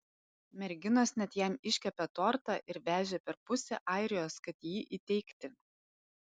merginos net jam iškepė tortą ir vežė per pusę airijos kad jį įteikti